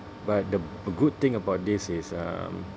but the a good thing about this is um